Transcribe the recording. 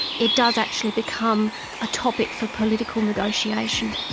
it does actually become a topic for political negotiation.